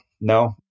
no